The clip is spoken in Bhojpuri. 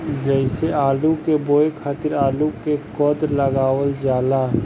जइसे आलू के बोए खातिर आलू के कंद लगावल जाला